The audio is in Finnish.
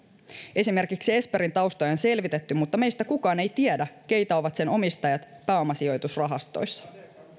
esimerkiksi esperin taustoja on selvitetty mutta meistä kukaan ei tiedä keitä ovat sen omistajat pääomasijoitusrahastoissa